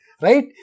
Right